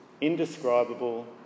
indescribable